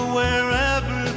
wherever